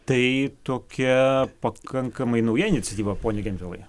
tai tokia pakankamai nauja iniciatyva pone gentvilai